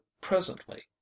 presently